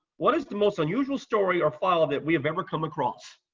what is the most unusual story or file that we have ever come across?